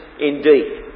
indeed